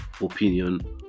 opinion